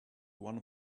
one